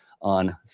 on